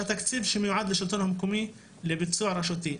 התקציב שמיועד לשלטון המקומי לביצוע רשותי.